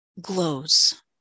glows